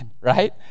right